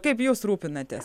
kaip jūs rūpinatės